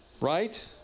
right